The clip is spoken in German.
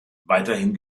weiterhin